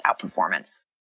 outperformance